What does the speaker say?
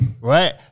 Right